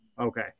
Okay